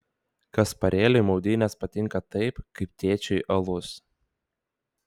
kasparėliui maudynės patinka taip kaip tėčiui alus